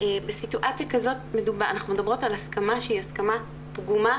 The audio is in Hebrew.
בסיטואציה כזאת אנחנו מדברות על הסכמה שהיא הסכמה פגומה,